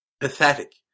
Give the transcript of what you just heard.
pathetic